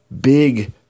big